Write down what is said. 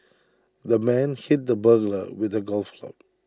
the man hit the burglar with A golf club